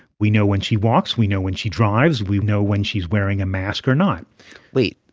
we know when she walks. we know when she drives. we know when she's wearing a mask or not wait.